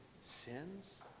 sins